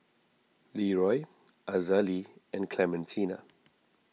Leroy Azalee and Clementina